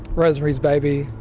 rosemary's baby,